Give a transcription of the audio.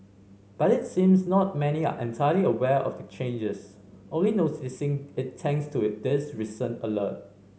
but it seems not many are entirely aware of the changes only noticing it thanks to this recent alert